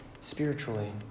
spiritually